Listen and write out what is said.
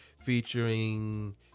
featuring